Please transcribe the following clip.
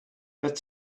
that